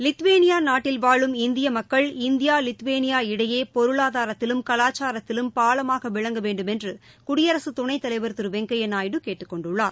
Lithuania நாட்டில் வாழும் இந்திய மக்கள் இந்தியா பொருளாதாரத்திலும் கவாச்சாரத்திலும் பாலமாக விளங்க வேண்டும் என்று குடியரக துணைத்தலைவர் திரு வெங்கையா நாயுடு கேட்டுக்கொண்டுள்ளார்